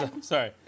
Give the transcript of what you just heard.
sorry